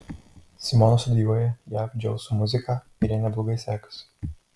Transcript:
simona studijuoja jav džiazo muziką ir jai neblogai sekasi